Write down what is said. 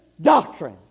doctrine